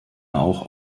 auch